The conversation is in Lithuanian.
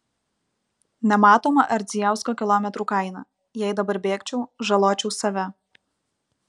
nematoma ardzijausko kilometrų kaina jei dabar bėgčiau žaločiau save